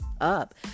up